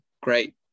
great